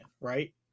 right